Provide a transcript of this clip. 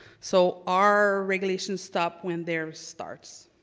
so our regulations stop when theirs starts.